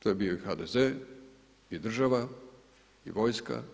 To je bio i HDZ i država i vojska